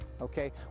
okay